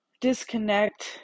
Disconnect